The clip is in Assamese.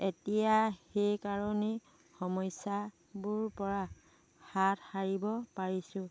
এতিয়া সেইকাৰণেই সমস্যাবোৰ পৰা হাত সাৰিব পাৰিছোঁ